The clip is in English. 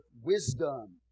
wisdom